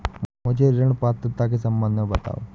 मुझे ऋण पात्रता के सम्बन्ध में बताओ?